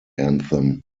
anthem